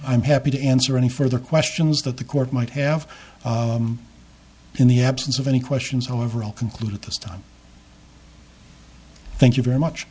i'm happy to answer any further questions that the court might have in the absence of any questions however i'll conclude this time thank you very much